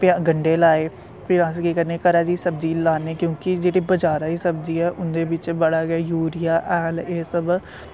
प्या गं'डे लाए फ्ही अस केह् करने घरै दी सब्जी लान्ने क्योंकि जेह्ड़ी बजारा दी सब्जी ऐ उन्दे बिच्च बड़ा गै यूरिया हैल एह् सब